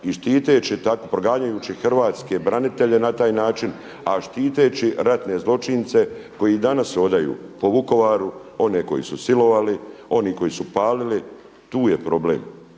i štiteći, proganjajući hrvatske branitelje na taj način a štiteći ratne zločince koji i danas hodaju po Vukovaru, one koji su silovali, oni koji su palili tu je problem.